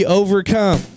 overcome